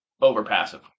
over-passive